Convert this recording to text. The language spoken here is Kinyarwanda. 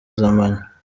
z’amanywa